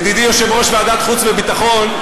ידידי יושב-ראש ועדת חוץ וביטחון,